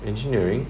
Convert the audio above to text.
engineering